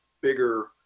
bigger